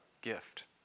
gift